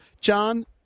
John